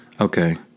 Okay